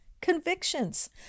convictions